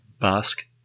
Basque